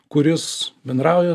kuris bendrauja